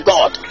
God